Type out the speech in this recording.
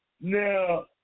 Now